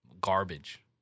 garbage